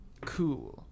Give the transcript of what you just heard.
cool